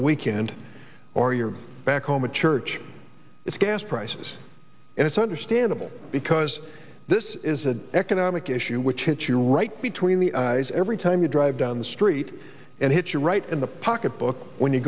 the weekend or you're back home a church it's gas prices and it's understandable because this is a economic issue which hits you right between the eyes every time you drive down the street and hit you right in the pocketbook when you